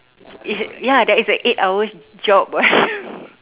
is a ya that is a eight hours job [what]